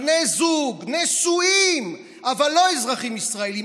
בני זוג נשואים אבל לא אזרחים ישראלים,